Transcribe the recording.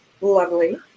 Lovely